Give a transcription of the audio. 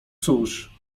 cóż